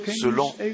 selon